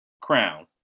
crown